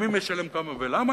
ומי משלם כמה ולמה,